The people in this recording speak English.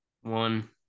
one